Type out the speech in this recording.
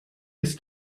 ist